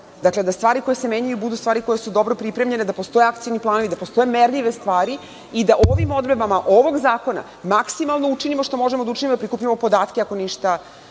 dakle, da stvari koje se menjaju budu stvari koje su dobro pripremljene, da postoje akcioni planovi, da postoje merljive stvari i da ovim odredbama ovog zakona maksimalno učinimo što možemo da učinimo, da prikupimo podatke, ako ništa